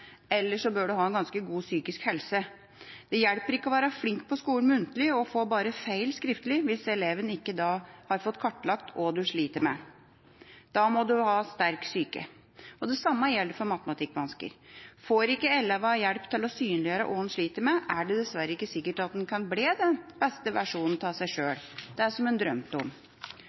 Ellers bør du ha en ganske god psykisk helse. Det hjelper ikke å være flink på skolen muntlig og få bare feil skriftlig hvis eleven ikke har fått kartlagt hva han sliter med. Da må en ha en sterk psyke. Det samme gjelder for matematikkvansker. Får ikke eleven hjelp til å synliggjøre hva han sliter med, er det dessverre ikke sikkert at han kan bli den beste versjonen av seg sjøl – det som han drømte om.